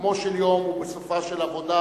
בסיכומו של יום ובסופה של עבודה